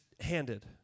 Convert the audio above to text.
handed